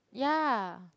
ya